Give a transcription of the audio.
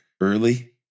early